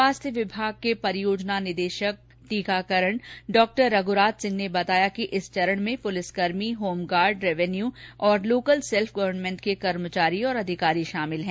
स्वास्थ्य विमाग के परियोजना निदेशक टीकाकरण डॉ रघुराज सिंह ने बताया कि इस चरण में पुलिसकर्मी होमगार्ड रेवेन्यू तथा लोकल सेल्फ गवर्नमेंट के कर्मचारी और अधिकारी शामिल हैं